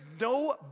no